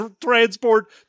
transport